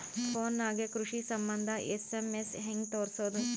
Phone ನಾಗೆ ಕೃಷಿ ಸಂಬಂಧ ಎಸ್.ಎಮ್.ಎಸ್ ಹೆಂಗ ತರಸೊದ?